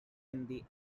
hindi